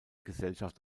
gesellschaft